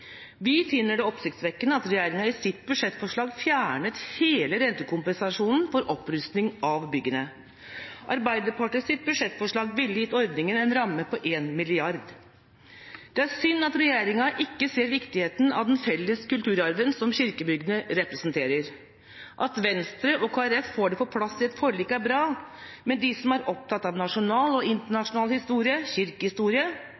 Vi finner det oppsiktsvekkende at regjeringa i sitt budsjettforslag fjernet hele rentekompensasjonen for opprustning av byggene. Arbeiderpartiets budsjettforslag ville gitt ordningen en ramme på 1 mrd. kr. Det er synd at regjeringa ikke ser viktigheten av den felles kulturarven som kirkebyggene representerer. At Venstre og Kristelig Folkeparti får det på plass i et forlik, er bra, men de som er opptatt av nasjonal og internasjonal historie, kirkehistorie,